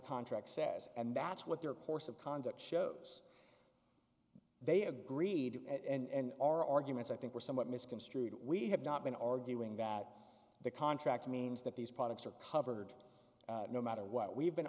contract says and that's what their course of conduct shows they agreed to and our arguments i think were somewhat misconstrued we have not been arguing that the contract means that these products are covered no matter what we've been